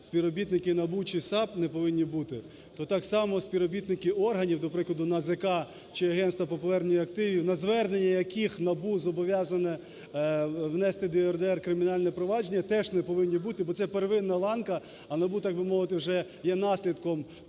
співробітники НАБУ чи САП не повинні бути, то так само співробітники органів, до прикладу НАЗК чи Агентство по повернення актів, на звернення яких НАБУ зобов'язане внести до ЄРДР кримінальне провадження, теж не повинні бути, бо це первинна ланка, а НАБУ, так би мовити, вже є наслідком